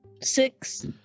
Six